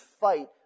fight